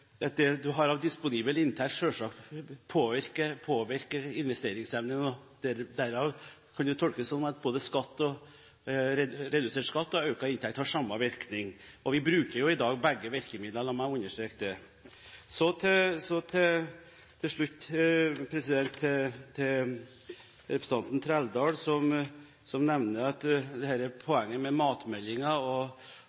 du har av disponibel inntekt, selvsagt påvirker investeringsevnen, og derav kan det tolkes som at redusert skatt og økt inntekt har samme virkning. Vi bruker jo i dag begge virkemidler, la meg understreke det. Så til slutt til representanten Trældal, som nevner dette poenget med matmeldingen og det som sto i Bondebladet om at